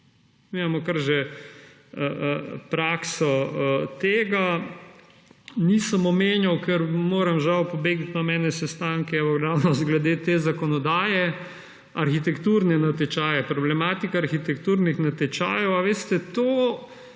imamo kar že prakso tega. Nisem omenjal – ker moram, žal, pobegniti, imam neke sestanke glede te zakonodaje – arhitekturnih natečajev. Problematika arhitekturnih natečajev, veste, kakor